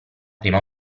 prima